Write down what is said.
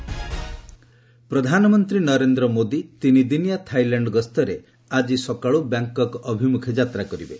PM Thailand ପ୍ରଧାନମନ୍ତ୍ରୀ ନରେନ୍ଦ୍ର ମୋଦି ତିନିଦିନିଆ Thailand ଗସ୍ତରେ ଆଜି ସକାଳୁ ବ୍ୟାଙ୍କକ୍ ଅଭିମୁଖେ ଯାତ୍ରା କରିବେ